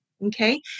Okay